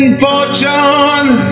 fortune